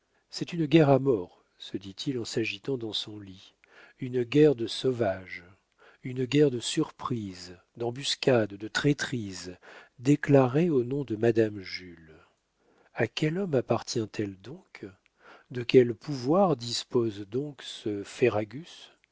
c'est une guerre à mort se dit-il en s'agitant dans son lit une guerre de sauvage une guerre de surprise d'embuscade de traîtrise déclarée au nom de madame jules a quel homme appartient elle donc de quel pouvoir dispose donc ce